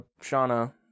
Shauna